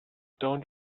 don’t